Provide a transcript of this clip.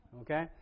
Okay